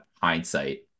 hindsight